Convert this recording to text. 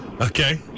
Okay